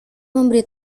memberi